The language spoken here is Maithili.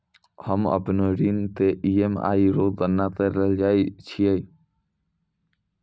हम्म अपनो ऋण के ई.एम.आई रो गणना करैलै चाहै छियै